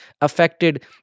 affected